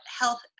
health